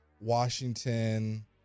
Washington